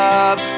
up